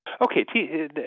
Okay